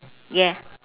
yeah